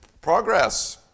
Progress